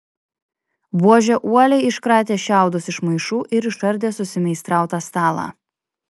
buožė uoliai iškratė šiaudus iš maišų ir išardė susimeistrautą stalą